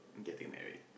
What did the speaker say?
getting married